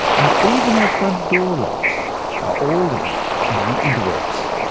and even our front door locks are all linked into the interwebs.